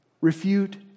refute